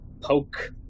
poke